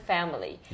Family